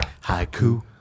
Haiku